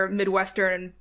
midwestern